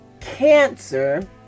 cancer